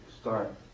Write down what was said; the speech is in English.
start